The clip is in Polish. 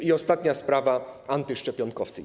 I ostatnia sprawa - antyszczepionkowcy.